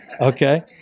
Okay